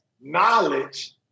knowledge